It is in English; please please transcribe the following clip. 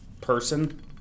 person